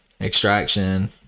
Extraction